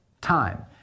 Time